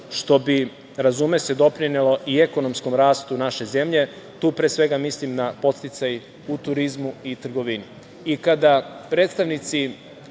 što bi, razume se, doprinelo i ekonomskom rastu naše zemlje. Tu pre svega mislim na podsticaj u turizmu i trgovini. Kada predstavnici